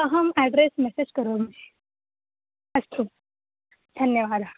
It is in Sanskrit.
अहम् एड्रेस् मेसेज् करोमि अस्तु धन्यवादः